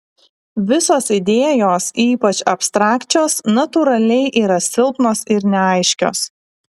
visos idėjos ypač abstrakčios natūraliai yra silpnos ir neaiškios